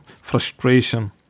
frustration